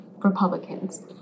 Republicans